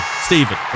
Stephen